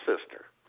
sister